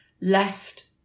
left